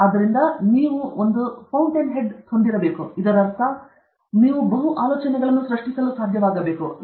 ಆದ್ದರಿಂದ ನೀವು ಒಂದು ಕಾರಂಜಿ ತಲೆಯ ಮುಖ್ಯಸ್ಥರಾಗಿರಬೇಕು ಇದರರ್ಥ ನೀವು ಆಲೋಚನೆಗಳನ್ನು ಸೃಷ್ಟಿಸಲು ಸಾಧ್ಯವಾಗುತ್ತದೆ